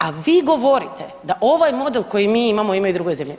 A vi govorite da ovaj model koji mi imamo imaju i druge zemlje.